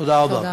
תודה רבה.